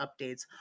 updates